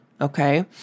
okay